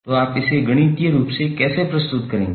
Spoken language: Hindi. तो आप इसे गणितीय रूप से कैसे प्रस्तुत करेंगे